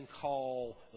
call